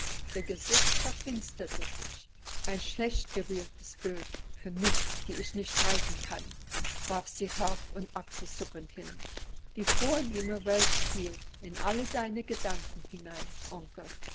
ihr gesicht verfinsterte sich ein schlecht gewähltes bild für mich die ich nicht reiten kann warf sie herb und achselzuckend hin die vornehme welt spielt in alle deine gedanken hinein onkel